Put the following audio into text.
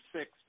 six